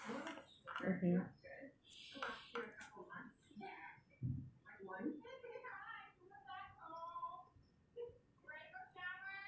mmhmm